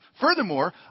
Furthermore